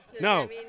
No